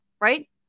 right